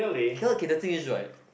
K_L K the thing is right